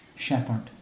shepherd